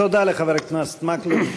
תודה לחבר הכנסת מקלב.